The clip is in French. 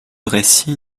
récit